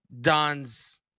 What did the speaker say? Don's